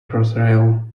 crossrail